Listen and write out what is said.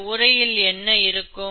இந்த உறையில் என்ன இருக்கும்